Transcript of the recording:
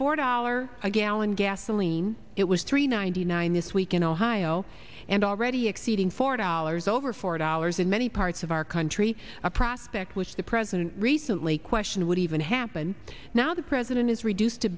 four dollars a gallon gasoline it was three ninety nine this week in ohio and already exceeding four dollars over four dollars in many parts of our country a prospect which the president recently question would even happen now the president is reduced to